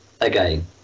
again